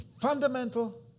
fundamental